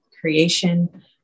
creation